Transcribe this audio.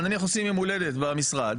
נניח עושים יום הולדת במשרד,